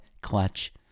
clutch